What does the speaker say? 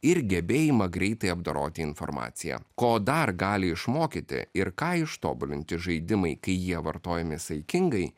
ir gebėjimą greitai apdoroti informaciją ko dar gali išmokyti ir ką ištobulinti žaidimai kai jie vartojami saikingai